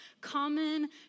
common